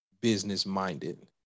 business-minded